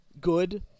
good